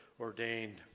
ordained